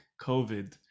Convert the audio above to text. COVID